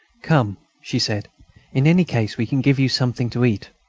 come, she said in any case, we can give you something to eat.